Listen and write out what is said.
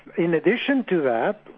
in addition to that,